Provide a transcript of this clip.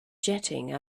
jetting